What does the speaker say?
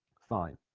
fine